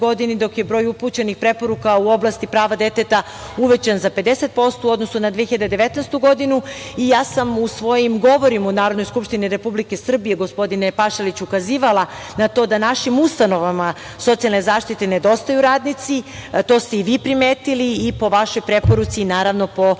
godini, dok je broj upućenih preporuka u oblasti prava deteta uvećan za 50% u odnosu na 2019. godinu i ja sam u svojim govorima, u Narodnoj skupštini Republike Srbije, gospodine Pašaliću, ukazivala na to da u našim ustanovama socijalne zaštite nedostaju radnici, to ste i vi primetili i po vašoj preporuci, naravno da